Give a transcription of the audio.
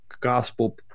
gospel